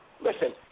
Listen